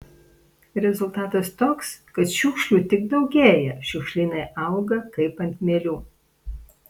rezultatas toks kad šiukšlių tik daugėja šiukšlynai auga kaip ant mielių